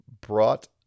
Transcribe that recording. brought